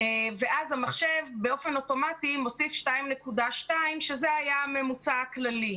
ואז המחשב באופן אוטומטי מוסיף 2.2 שזה היה הממוצע הכללי.